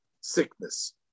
sickness